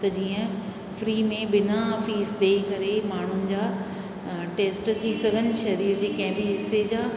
त जीअं फ्री में बिना फ़ीस पे करे माण्हुनि जा टेस्ट थी सघनि सरीर जे कहि बि हिसे जा